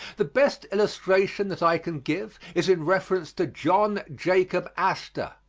the best illustration that i can give is in reference to john jacob astor,